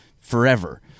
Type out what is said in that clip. forever